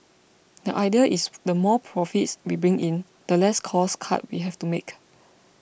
the idea is the more profits we bring in the less cost cuts we have to make